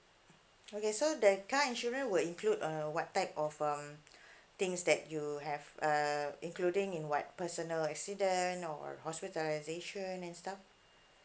okay so the car insurance will include err what type of um things that you have err including in what personal accident or hospitalisation and stuff